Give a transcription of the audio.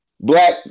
black